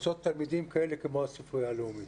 קבוצות תלמידים כאלה כמו הספרייה הלאומית.